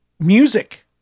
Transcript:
Music